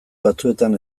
batzuetan